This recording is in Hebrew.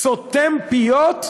סותם פיות,